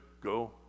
go